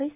S